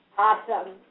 Awesome